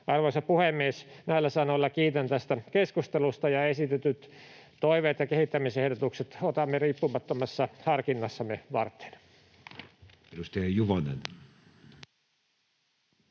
Arvoisa puhemies! Näillä sanoilla kiitän tästä keskustelusta, ja esitetyt toiveet ja kehittämisehdotukset otamme riippumattomassa harkinnassamme varteen.